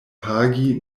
pagi